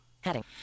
heading